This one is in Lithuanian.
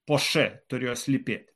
po š turėjo slypėti